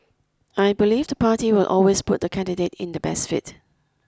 I believe the party will always put the candidate in the best fit